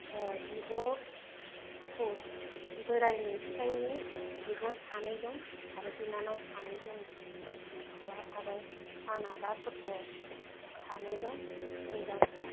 बिब' बोरायनि फिसायनि बिब' सानै दं आरो बिनानाव सानै दं न'खराव आरो आंना दा गथ' सानै दं हिन्जावसा